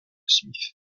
smith